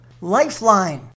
Lifeline